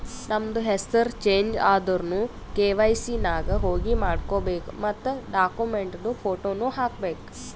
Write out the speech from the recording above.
ನಮ್ದು ಹೆಸುರ್ ಚೇಂಜ್ ಆದುರ್ನು ಕೆ.ವೈ.ಸಿ ನಾಗ್ ಹೋಗಿ ಮಾಡ್ಕೋಬೇಕ್ ಮತ್ ಡಾಕ್ಯುಮೆಂಟ್ದು ಫೋಟೋನು ಹಾಕಬೇಕ್